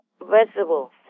vegetables